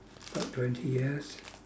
about twenty years